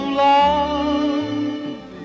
love